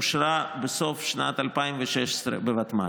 אושרה בסוף שנת 2016 בוותמ"ל.